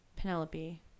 Penelope